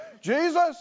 Jesus